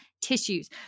tissues